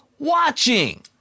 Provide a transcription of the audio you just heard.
watching